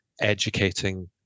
educating